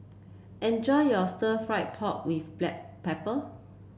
enjoy your Stir Fried Pork with Black Pepper